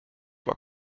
war